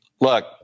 look